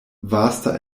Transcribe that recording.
vasta